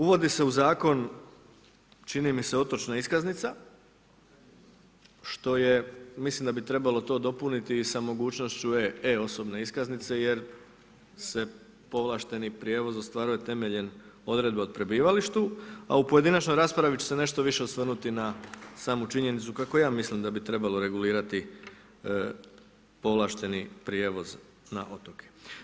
Uvodi se u zakon čini mi se otočna iskaznica, što je mislim da bi trebalo to dopuniti sa mogućnošću e osobne iskaznice jer se povlašteni prijevoz ostvaruje temeljem odredba o prebivalištu, a u pojedinačnoj raspravi ću se nešto više osvrnuti na samu činjenicu kako ja mislim da bi trebalo regulirati povlašteni prijevoz na otoke.